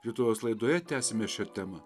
rytojaus laidoje tęsime šią temą